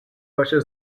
vaše